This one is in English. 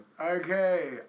Okay